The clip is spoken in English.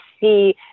see